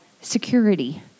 security